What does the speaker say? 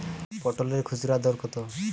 পটলের খুচরা দর কত?